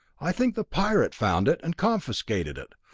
i think the pirate found it and confiscated it.